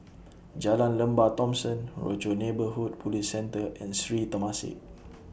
Jalan Lembah Thomson Rochor Neighborhood Police Centre and Sri Temasek